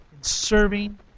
serving